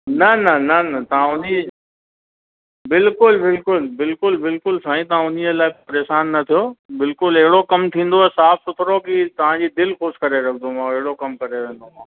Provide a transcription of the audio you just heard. न न न न तव्हां उन जी बिल्कुलु बिल्कुलु बिल्कुलु बिल्कुलु साईं तहां उन लाइ परेशान न थियो बिल्कुलु अहिड़ो कम थींदुव साफ़ सुथिरो की तव्हांजी दिलि ख़ुशि करे रखंदोमांव अहिड़ो कमु करे वेंदोमांव